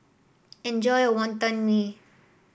enjoy your Wonton Mee